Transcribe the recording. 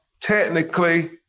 technically